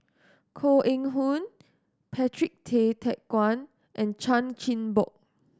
Koh Eng Hoon Patrick Tay Teck Guan and Chan Chin Bock